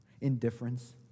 indifference